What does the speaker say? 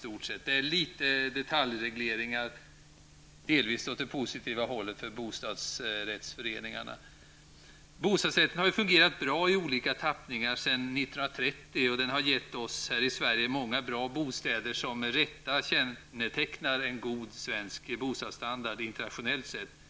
Det är några detaljregleringar, delvis åt det positiva hållet för bostadsrättsföreningarna. Bostadsrätten har ju fungerat bra i olika tappningar sedan 1930. Den har gett oss här i Sverige många bra bostäder som med rätta kännetecknar en god svensk bostadsstandard internationellt sett.